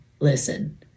listen